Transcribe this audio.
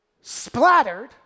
splattered